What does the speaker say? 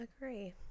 Agree